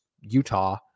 Utah